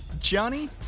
Johnny